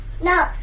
No